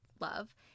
love